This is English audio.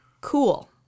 Cool